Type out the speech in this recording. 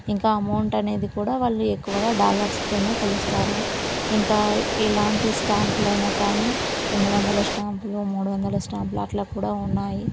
ఇంకా అమౌంట్ అనేది కూడా వాళ్ళు ఎక్కువగా డాలర్స్తో కొలుస్తారు ఇంకా ఎలాంటి స్టాంపులు అయినా కానీ రెండు వందల స్టాంపులు మూడు వందల స్టాంపులు అట్లా కూడా ఉన్నాయి